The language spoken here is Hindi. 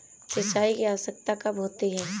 सिंचाई की आवश्यकता कब होती है?